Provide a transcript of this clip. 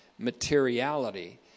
materiality